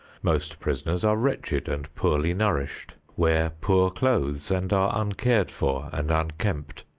most prisoners are wretched and poorly nourished, wear poor clothes and are uncared-for and unkempt.